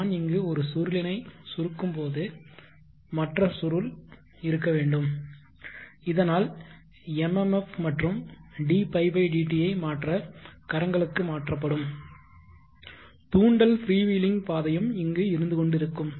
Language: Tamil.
நான் இங்கு ஒரு சுருளின் ஐ சுருக்கும்போது மற்ற சுருள் இருக்க வேண்டும் இதனால் MMF மற்றும் dϕ dt ஐ மற்ற கரங்களுக்கு மாற்றப்படும் தூண்டல் ஃப்ரீ வீலிங் பாதையும் இங்கு இருந்து கொண்டிருக்கும்